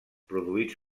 produïts